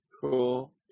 Cool